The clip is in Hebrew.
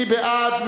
מי בעד?